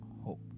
hope